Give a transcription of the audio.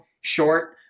short